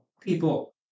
people